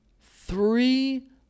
Three